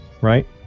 right